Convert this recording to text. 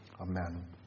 Amen